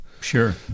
sure